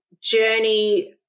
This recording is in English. journey